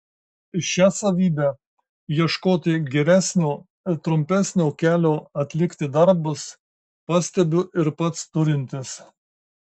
šią savybę ieškoti geresnio trumpesnio kelio atlikti darbus pastebiu ir pats turintis